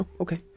Okay